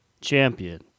champion